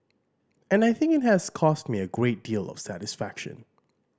and I think it has caused me a great deal of satisfaction